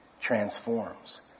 transforms